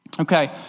Okay